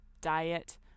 diet